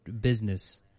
business